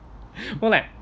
more like